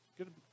Good